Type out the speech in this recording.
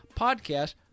podcast